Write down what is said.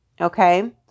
Okay